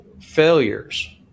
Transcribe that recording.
failures